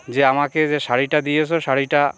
যে আমাকে যে শাড়িটা দিয়েছো শাড়িটা